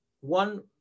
one